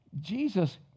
Jesus